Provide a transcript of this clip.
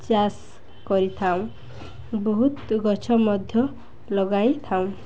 ଚାଷ କରିଥାଉଁ ବହୁତ ଗଛ ମଧ୍ୟ ଲଗାଇଥାଉଁ